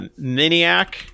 Miniac